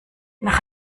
nach